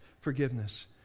forgiveness